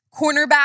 cornerback